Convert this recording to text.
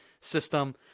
system